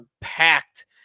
packed